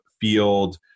field